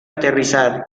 aterrizar